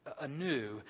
anew